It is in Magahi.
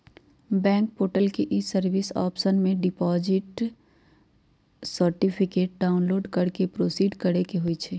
बैंक पोर्टल के ई सर्विस ऑप्शन में से डिपॉजिट सर्टिफिकेट डाउनलोड कर प्रोसीड करेके होइ छइ